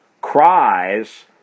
cries